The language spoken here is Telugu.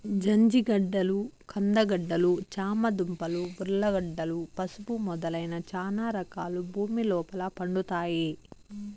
జంజిగడ్డలు, కంద గడ్డలు, చామ దుంపలు, ఉర్లగడ్డలు, పసుపు మొదలైన చానా రకాలు భూమి లోపల పండుతాయి